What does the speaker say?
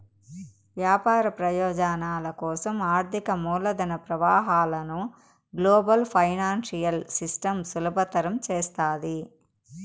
వ్యాపార ప్రయోజనాల కోసం ఆర్థిక మూలధన ప్రవాహాలను గ్లోబల్ ఫైనాన్సియల్ సిస్టమ్ సులభతరం చేస్తాది